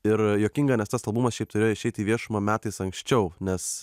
ir juokinga nes tas albumas šiaip turėjo išeiti į viešumą metais anksčiau nes